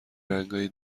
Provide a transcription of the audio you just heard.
رنگای